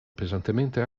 pesantemente